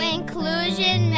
Inclusion